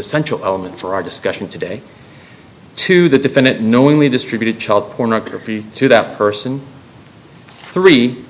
essential element for our discussion today to the defendant knowingly distribute child pornography to that person three